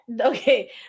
okay